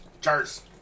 Cheers